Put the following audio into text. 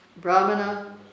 Brahmana